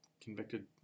convicted